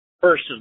person